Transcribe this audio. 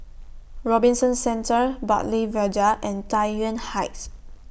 Robinson Centre Bartley Viaduct and Tai Yuan Heights